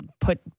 put